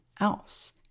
else